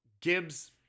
Gibbs